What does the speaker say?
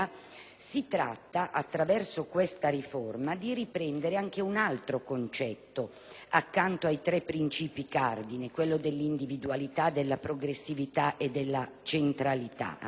dell'Aula. Attraverso questa riforma, si tratta di riprendere anche un altro concetto, accanto ai tre principi cardine della individualità, della progressività e della centralità: